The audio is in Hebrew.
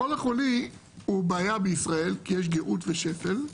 החול החולי הוא בעיה בישראל כי יש גאות ושפל.